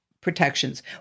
protections